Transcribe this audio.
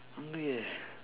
hungry eh